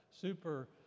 super